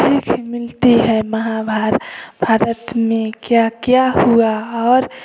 सिख मिलती है महाभा भारत में क्या क्या हुआ और